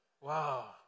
wow